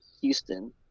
Houston